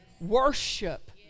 worship